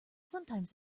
sometimes